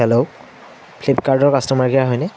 hello ফ্লিপকাৰ্টৰ customer care হয়নে